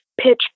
pitch